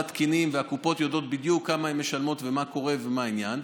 תקינים והקופות יודעות בדיוק כמה הן משלמות ומה קורה ומה העניין,